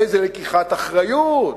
איזו לקיחת אחריות,